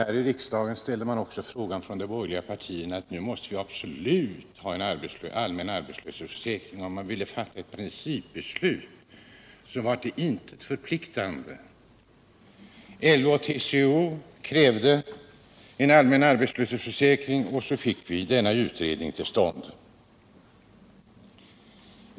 Här i riksdagen ställdes kravet också från de borgerliga partierna, att nu måste vi absolut ha en allmän arbetslöshetsförsäkring, och man ville fatta ett principbeslut, som dock var till intet förpliktande. LO och TCO krävde likaså en allmän arbetslöshetsförsäkring. Slutligen kom 1974 års utredning till stånd.